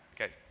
Okay